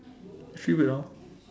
actually wait ah